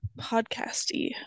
podcasty